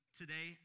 today